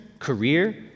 career